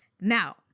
Now